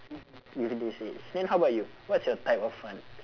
with this age then how about you what's your type of fun